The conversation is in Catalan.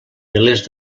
milers